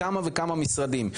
מכמה וכמה משרדים,